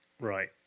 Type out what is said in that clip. Right